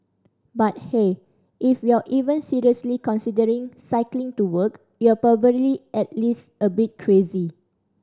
but hey if you're even seriously considering cycling to work you're probably at least a bit crazy